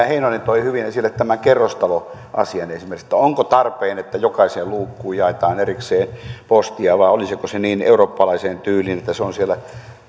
heinonen toi hyvin esille tämän kerrostaloasian esimerkiksi onko tarpeen että jokaiseen luukkuun jaetaan erikseen postia vai olisiko se niin eurooppalaiseen tyyliin että se on siellä